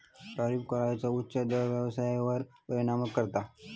tariff कराचो उच्च दर व्यवसायावर परिणाम करता